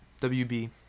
WB